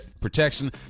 protection